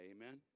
amen